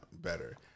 better